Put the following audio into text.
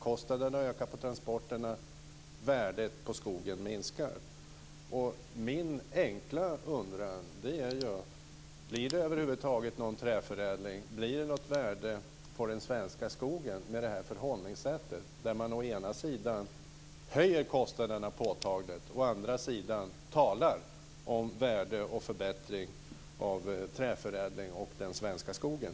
Kostnaderna ökar för transporterna, och värdet på skogen minskar. Min enkla undran är följande: Blir det över huvud taget någon träförädling, och blir det något värde på den svenska skogen med det här förhållningssättet? Å ena sidan höjer man ju kostnaderna påtagligt. Å andra sidan talar man om värde och förbättring vad gäller träförädling och den svenska skogen.